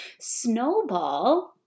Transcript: snowball